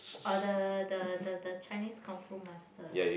or the the the the Chinese kung-fu master